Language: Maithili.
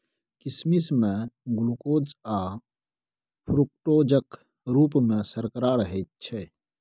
किसमिश मे ग्लुकोज आ फ्रुक्टोजक रुप मे सर्करा रहैत छै